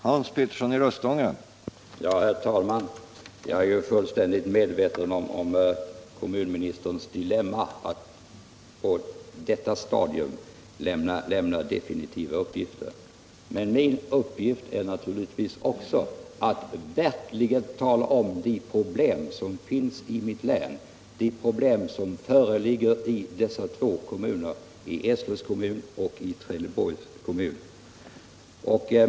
Herr talman! Jag är fullständigt medveten om kommunministerns dilemma — att han på detta stadium inte kan lämna definitiva besked. Men min uppgift är naturligtvis att verkligen tala om vilka problem som finns i mitt hemlän, de problem som föreligger i Eslövs kommun och Trelleborgs kommun.